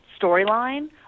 storyline